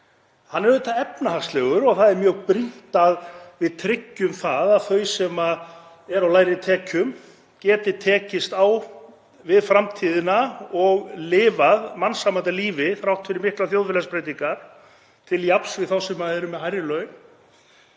Hann er auðvitað efnahagslegur og það er mjög brýnt að við tryggjum að þau sem eru á lægri tekjum geti tekist á við framtíðina og lifað mannsæmandi lífi þrátt fyrir miklar þjóðfélagsbreytingar, til jafns við þá sem eru með hærri laun.